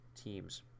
teams